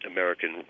American